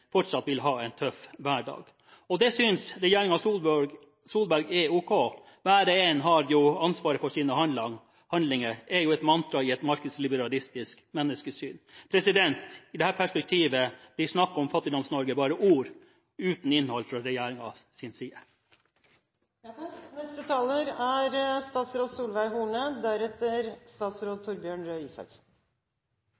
fortsatt vil ha en tøff hverdag. Det synes regjeringen Solberg er ok – at hver og en har ansvaret for sine handlinger, er jo et mantra i et markedsliberalistisk menneskesyn. I dette perspektivet blir snakket om Fattigdoms-Norge bare ord uten innhold fra regjeringens side. Først til spørsmålet fra Aasrud om avvikling av finnmarkstillegget: Jeg kan forsikre at det er